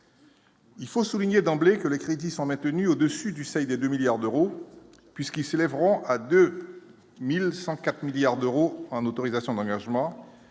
Il faut souligner d'anglais que les crédits sont maintenus au-dessus du seuil des 2 milliards d'euros, puisqu'ils s'élèveront à 2104 milliards d'euros en autorisation d'engagement